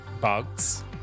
bugs